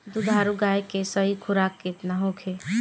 दुधारू गाय के सही खुराक केतना होखे?